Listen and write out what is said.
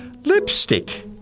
Lipstick